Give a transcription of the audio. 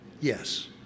Yes